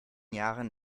jahren